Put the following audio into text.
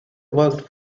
worked